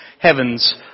heaven's